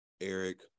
Eric